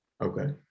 Okay